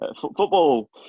football